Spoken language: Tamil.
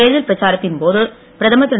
தேர்தல் பிரச்சாரத்தின் போது பிரதமர் திரு